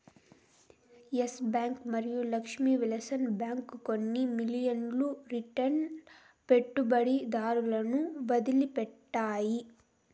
yes bank మరియు Lakshmi Vilas bank కొన్ని మిలియన్ల రిటైల్ పెట్టుబడిదారులను వదిలిపెట్టాయి